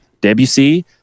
Debussy